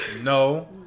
No